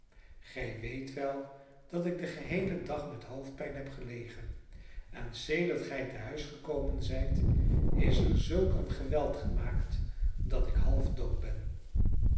gij weet wel dat ik den geheelen dag met hoofdpijn heb gelegen en sedert gij tehuis gekomen zijt is er zulk een geweld gemaakt dat ik halfdood ben